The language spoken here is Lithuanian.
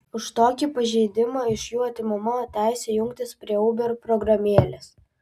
už tokį pažeidimą iš jų atimama teisė jungtis prie uber programėlės